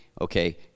okay